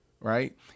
right